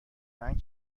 رنگ